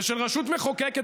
ושל רשות מחוקקת,